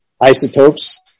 isotopes